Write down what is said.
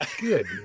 good